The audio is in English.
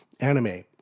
anime